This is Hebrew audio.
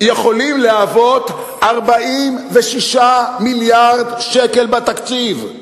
יכולים להוות 46 מיליארד שקל בתקציב.